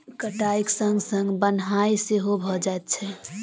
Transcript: कटाइक संग संग बन्हाइ सेहो भ जाइत छै